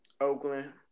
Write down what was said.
Oakland